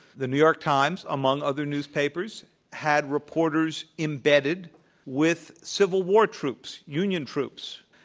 the new york times among other newspapers had reporters embedded with civil war troops, union troops,